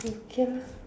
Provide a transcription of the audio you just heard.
okay lah